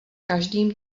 každým